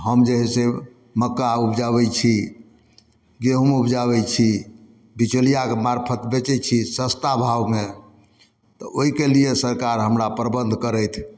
हम जे हइ से मक्का उपजाबै छी गेहूँ उपजाबै छी बिचौलिआके मारफत बेचै छिए सस्ता भावमे तऽ ओहिकेलिए सरकार हमरा प्रबन्ध करथि